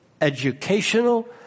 educational